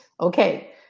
Okay